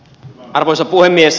arvoisa puhemies